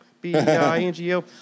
B-I-N-G-O